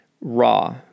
raw